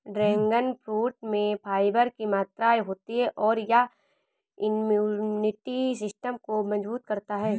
dragon fruit में fibre की मात्रा होती है और यह इम्यूनिटी सिस्टम को मजबूत करता है